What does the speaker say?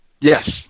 yes